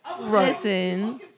Listen